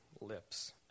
lips